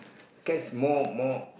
cats more more